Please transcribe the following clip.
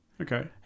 Okay